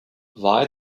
via